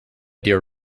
dear